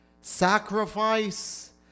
sacrifice